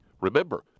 Remember